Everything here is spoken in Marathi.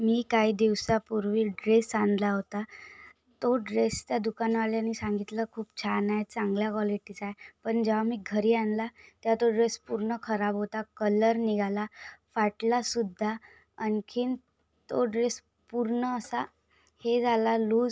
मी काही दिवसापूर्वी ड्रेस आणला होता तो ड्रेस त्या दुकानवाल्यानी सांगितलं खूप छान आहे चांगल्या कॉलेटीचा आहे पण जेव्हा मी घरी आणला तेव्हा तो ड्रेस पूर्ण खराब होता कलर निघाला फाटलासुद्धा आणखी तो ड्रेस पूर्ण असा हे झाला लूज